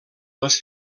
les